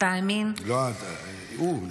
לא את, הוא.